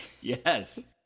Yes